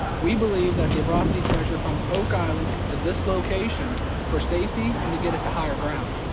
we believe that they brought the treasure from oak island to this location for safety and to get it to higher ground.